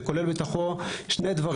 שכולל בתוכו שני דברים